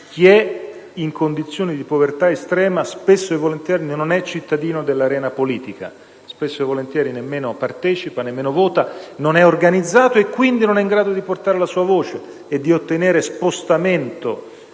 chi è in condizioni di povertà estrema spesso e volentieri non è cittadino dell'arena politica: spesso e volentieri nemmeno partecipa, né vota, non è organizzato e, quindi, non è in grado di far valere la sua voce e di ottenere spostamento